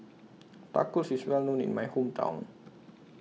Tacos IS Well known in My Hometown